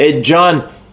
John